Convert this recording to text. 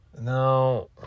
No